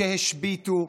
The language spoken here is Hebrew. שהשביתו,